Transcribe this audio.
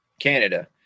Canada